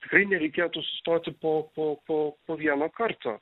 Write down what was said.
tikrai nereikėtų sustoti po po po po vieno karto